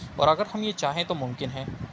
اور اگر ہم یہ چاہیں تو ممکن ہیں